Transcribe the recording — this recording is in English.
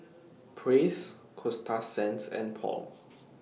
Praise Coasta Sands and Paul